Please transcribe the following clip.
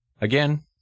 again